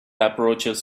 approaches